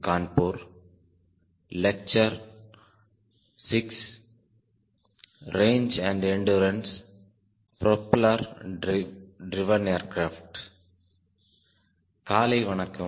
காலை வணக்கம்